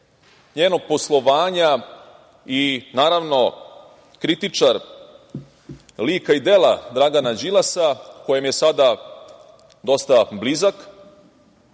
njenog poslovanja i, naravno, kritičar lika i dela Dragana Đilasa sa kojim je sada dosta blizak,